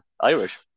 Irish